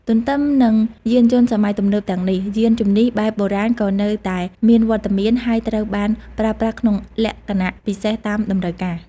ទន្ទឹមនឹងយានយន្តសម័យទំនើបទាំងនេះ យានជំនិះបែបបុរាណក៏នៅតែមានវត្តមាន ហើយត្រូវបានប្រើប្រាស់ក្នុងលក្ខណៈពិសេសតាមតម្រូវការ។